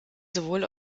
sowohl